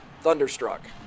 Thunderstruck